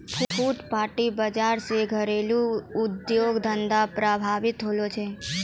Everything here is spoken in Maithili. फुटपाटी बाजार से घरेलू उद्योग धंधा प्रभावित होलो छै